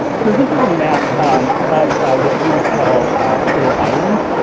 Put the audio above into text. so this is a map um of what we would call turtle island,